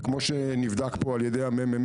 וכמו שנבדק פה על ידי ה-ממ"מ,